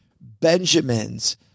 Benjamins